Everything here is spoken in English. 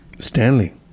Stanley